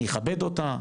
אני אכבד אותה.